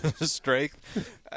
strength